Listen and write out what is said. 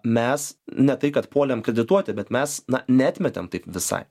mes ne tai kad puolėm kredituoti bet mes na neatmetėm taip visai